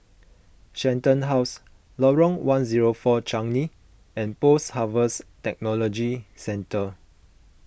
Shenton House Lorong one zero four Changi and Post Harvest Technology Centre